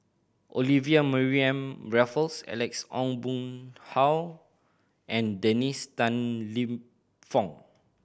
Olivia Mariamne Raffles Alex Ong Boon Hau and Dennis Tan Lip Fong